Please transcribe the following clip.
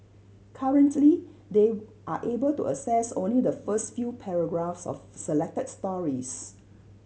currently they are able to access only the first few paragraphs of selected stories